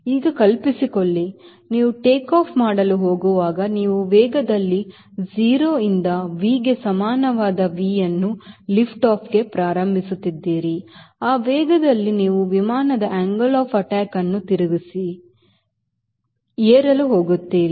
ಈಗ ಕಲ್ಪಿಸಿಕೊಳ್ಳಿ ನೀವು ಟೇಕ್ ಆಫ್ ಮಾಡಲು ಹೋಗುವಾಗ ನೀವು ವೇಗದಲ್ಲಿ 0 ರಿಂದ V ಗೆ ಸಮನಾದ V ಯನ್ನು ಲಿಫ್ಟ್ ಆಫ್ಗೆ ಪ್ರಾರಂಭಿಸುತ್ತಿದ್ದೀರಿ ಆ ವೇಗದಲ್ಲಿ ನೀವು ವಿಮಾನದ angle of attack ವನ್ನು ತಿರುಗಿಸಿ ಏರಲು ಹೋಗುತ್ತೀರಿ